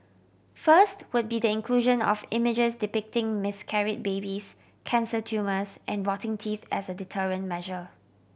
first would be the inclusion of images depicting miscarried babies cancer tumours and rotting teeth as a deterrent measure